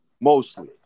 Mostly